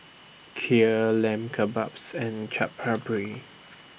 Kheer Lamb Kebabs and Chaat Papri